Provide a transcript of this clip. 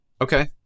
Okay